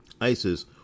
ISIS